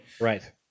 Right